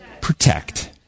protect